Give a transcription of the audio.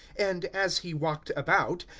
and, as he walked about,